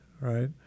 right